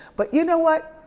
but you know what?